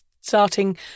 starting